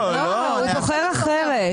לא, הוא בוחר אחרת.